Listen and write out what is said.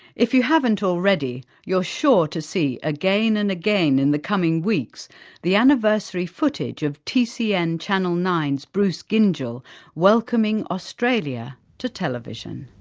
if you haven't already, you're sure to see again and again in the coming weeks the anniversary footage of tcn channel nine s bruce gyngell welcoming australia to television.